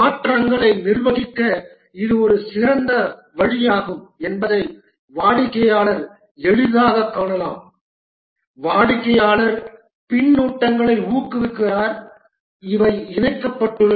மாற்றங்களை நிர்வகிக்க இது ஒரு சிறந்த வழியாகும் என்பதை வாடிக்கையாளர் எளிதாகக் காணலாம் வாடிக்கையாளர் பின்னூட்டங்களை ஊக்குவிக்கிறார் இவை இணைக்கப்பட்டுள்ளன